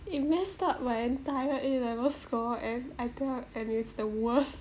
it messed up my entire A level score and I thought and it's the worst